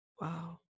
Wow